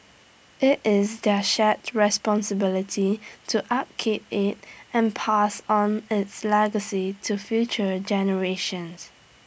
IT is their shared responsibility to upkeep IT and pass on its legacy to future generations